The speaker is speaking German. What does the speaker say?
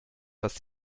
was